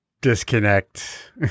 disconnect